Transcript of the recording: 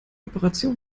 operation